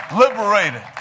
liberated